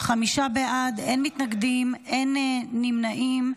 חמישה בעד, אין מתנגדים, אין נמנעים.